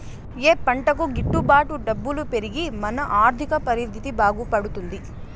ఏ పంటకు గిట్టు బాటు డబ్బులు పెరిగి మన ఆర్థిక పరిస్థితి బాగుపడుతుంది?